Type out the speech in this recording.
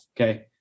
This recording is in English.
okay